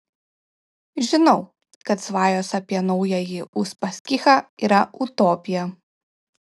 žinau kad svajos apie naująjį uspaskichą yra utopija